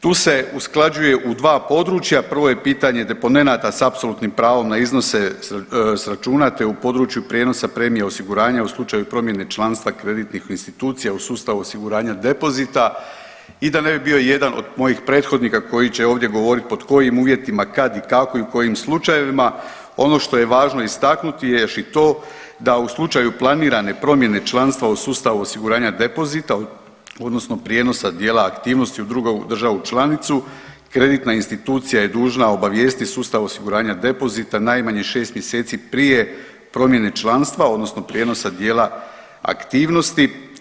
Tu se usklađuje u dva područja, prvo je pitanje deponenata s apsolutnim pravom na iznose s računa, te u području prijenosa premije osiguranja u slučaju promjene članstva kreditnih institucija u sustavu osiguranja depoziti i da ne bio jedan od mojih prethodnika koji će ovdje govorit pod kojim uvjetima, kad i kako i u kojim slučajevima, ono što je važno istaknuti je još i to da u slučaju planirane promjene članstva u sustavu osiguranja depozita odnosno prijenosa dijela aktivnosti u drugu državu članicu kreditna institucija je dužna obavijestiti sustav osiguranja depozita najmanje 6 mjeseci prije promjene članstva odnosno prijenosa dijela aktivnosti.